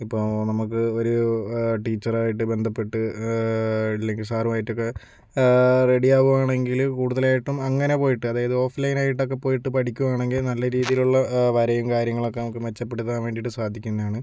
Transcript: ഇപ്പോൾ നമുക്ക് ഒരു ടീച്ചർ ആയിട്ട് ബന്ധപ്പെട്ട് ഇല്ലെങ്കിൽ സാറുമായിട്ടൊക്കെ റെഡിയാവുകയാണെങ്കിൽ കൂടുതലായിട്ടും അങ്ങനെ പോയിട്ട് അതായത് ഓഫ്ലൈൻ ആയിട്ടൊക്കെ പോയിട്ട് പഠിക്കുകയാണെങ്കിൽ നല്ല രീതിയിലുള്ള വരയും കാര്യങ്ങളൊക്കെ നമുക്ക് മെച്ചപ്പെടുത്താൻ വേണ്ടീട്ട് സാധിക്കുന്നതാണ്